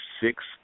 six